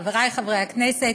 חברי חברי הכנסת,